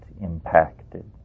impacted